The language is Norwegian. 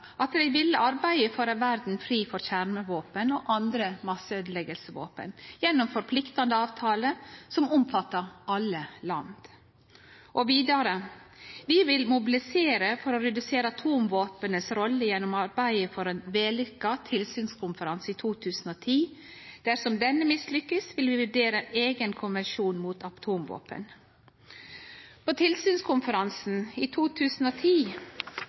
at dei ville «arbeide for en verden fri for kjernevåpen og andre masseødeleggelsesvåpen gjennom forpliktende avtaler som omfatter alle land». Dei bekrefta vidare: «Vi vil mobilisere for redusere atomvåpnenes rolle gjennom å arbeide for en vellykket tilsynskonferanse i 2010. Dersom denne mislykkes vil vi vurdere en egen konvensjon mot atomvåpen.» På tilsynskonferansen i 2010